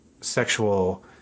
sexual